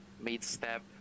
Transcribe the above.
mid-step